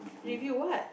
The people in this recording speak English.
and if you what